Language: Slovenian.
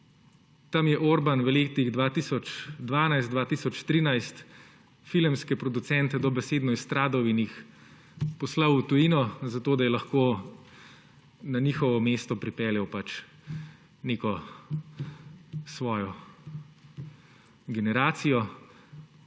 Tam je Orban v letih 20122–013 filmske producente dobesedno izstradal in jih poslal v tujino, zato da je lahko na njihovo mesto pripeljal pač neko svojo generacijo.